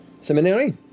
seminary